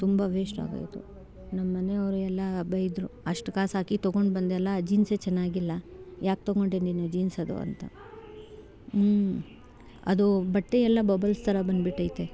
ತುಂಬ ವೇಸ್ಟ್ ಆಗೋಯ್ತು ನಮ್ಮನೆಯವ್ರೆಲ್ಲ ಬೈದರು ಅಷ್ಟು ಕಾಸಾಕಿ ತೊಗೊಂಡು ಬಂದೆ ಅಲ್ಲ ಜೀನ್ಸೆ ಚೆನ್ನಾಗಿಲ್ಲ ಯಾಕೆ ತೊಗೊಂಡೆ ನೀನು ಜೀನ್ಸ್ ಅದು ಅಂತ ಹ್ಞೂ ಅದು ಬಟ್ಟೆಯೆಲ್ಲ ಬಬಲ್ಸ್ ಥರ ಬಂದ್ಬಿಟೈತೆ